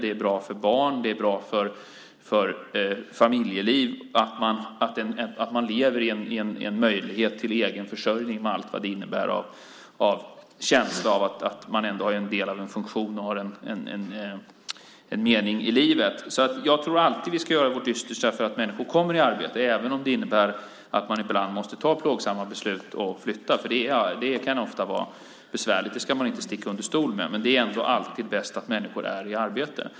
Det är bra för barn och för familjelivet att leva i en situation med möjlighet till egen försörjning med allt vad det innebär för känslan av att man ändå är en del av en funktion och har en mening i livet. Jag tror att vi alltid ska göra vårt yttersta för att människor kommer i arbete, även om det innebär att man ibland måste ta plågsamma beslut och flytta. Det kan ofta vara besvärligt, det ska man inte sticka under stol med. Men det är ändå alltid bäst att människor är i arbete.